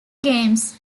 games